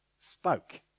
spoke